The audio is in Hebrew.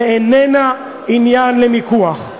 אין היא עניין למיקוח.